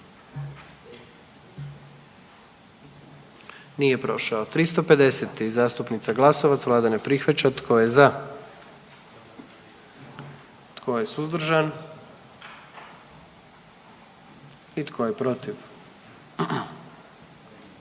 dio zakona. 44. Kluba zastupnika SDP-a, vlada ne prihvaća. Tko je za? Tko je suzdržan? Tko je protiv?